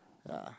ya